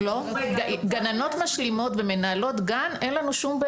זה ילד שצריך טיפול מתמשך ולכן גם לא